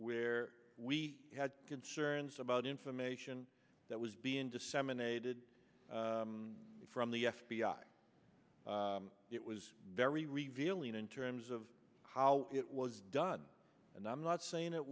where we had concerns about information that was being disseminated from the f b i it was very revealing in terms of how it was done and i'm not saying it